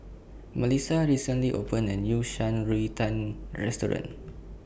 Malissa recently opened A New Shan Rui Tang Restaurant